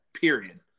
period